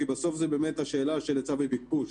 כי בסוף זו באמת שאלה של היצע וביקוש,